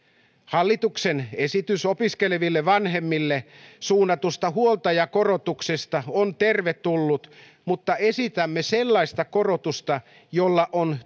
hallituksen esitys opiskeleville vanhemmille suunnatusta huoltajakorotuksesta on tervetullut mutta esitämme sellaista korotusta jolla on